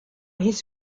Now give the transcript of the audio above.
his